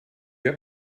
have